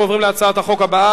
בעד,